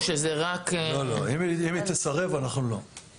אם היא תסרב אנחנו לא כופים עליה.